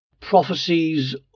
Prophecies